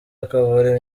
akura